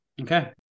okay